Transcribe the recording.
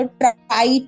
try